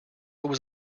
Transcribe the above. was